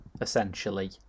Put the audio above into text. essentially